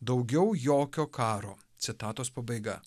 daugiau jokio karo citatos pabaiga